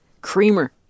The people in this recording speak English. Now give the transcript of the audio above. Creamer